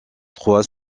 trois